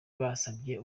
basabye